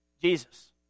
Jesus